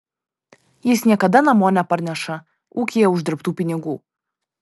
jis niekada namo neparneša ūkyje uždirbtų pinigų